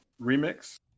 Remix